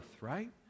right